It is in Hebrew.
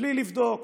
בלי לבדוק,